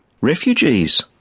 refugees